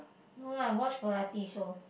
no lah watch variety show